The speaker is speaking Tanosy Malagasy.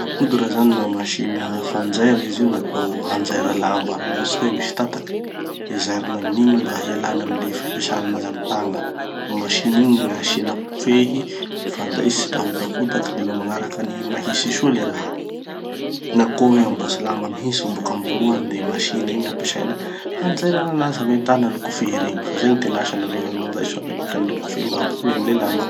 [machine] à coudre zany na masina fanjaira izy io natao hanjaira lamba, ataotsika hoe misy tataky. De zairina amin'igny mba hialana amy le fampesana anazy amy tagna. Masiny igny gn'asiana kofehy, fanjaitsy da ahotakotaky de ma- magnaraky an'igny mahitsy soa le raha. Na koa hoe mamboatsy lamba mihitsy boka amboalohany de masiny igny ampesaina hanjairana anazy, hametahana any kofehy regny. Zay gny tena asany aloha zany manjaitsy mametaky any le kofehy mba hampitohy any le lamba.